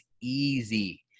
easy